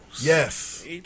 Yes